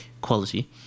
quality